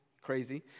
crazy